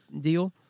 deal